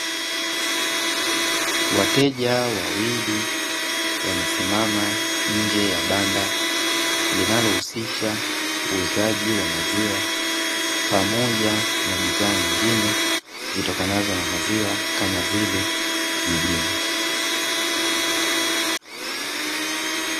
Wateja wawili wamesimama nje ya banda, linalo husisha uuzaji wa maziwa pamoja na bidhaa nyingine, zitokanazo na maziwa kama vile jibini.